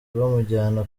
bamujyana